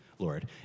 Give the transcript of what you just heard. Lord